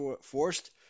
forced